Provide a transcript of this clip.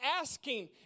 asking